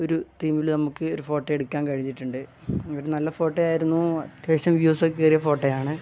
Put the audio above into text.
ഒരു തീമിൽ നമുക്ക് ഈ ഒരു ഫോട്ടോ എടുക്കാൻ കഴിഞ്ഞിട്ടുണ്ട് ഇവർ നല്ല ഫോട്ടോയായിരുന്നു അത്യാവശ്യം വ്യൂസൊക്കെ കയറിയ ഫോട്ടയാണ്